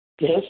Yes